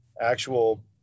actual